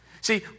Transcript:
See